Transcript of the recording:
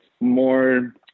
more